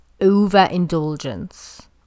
overindulgence